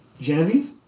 Genevieve